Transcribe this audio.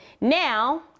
Now